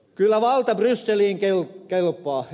kyllä valta brysseliin kelpaa ed